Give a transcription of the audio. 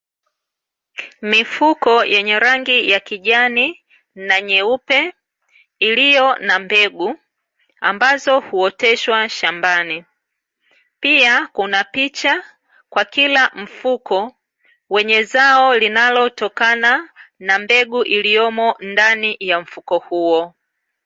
Mifuko yenye rangi ya kijani na nyeupe iliyo na mbegu ambazo huoteshwa shambani pia kuna picha kwa kila mfuko wenye zao linalotokana na mbegu iliyomo ndani ya mfuko huo.